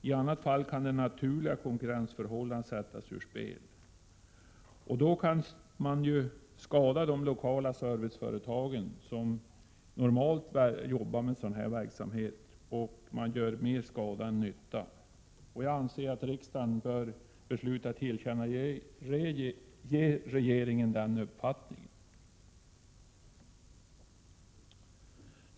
I annat fall kan de naturliga konkurrensförhållandena sättas ur spel, och då kan man skada de lokala serviceföretag som normalt jobbar med sådan verksamhet och göra större skada än nytta. Jag anser att riksdagen bör besluta att tillkännage regeringen den uppfattningen.